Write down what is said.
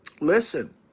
listen